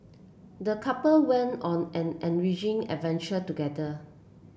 the couple went on an enriching adventure together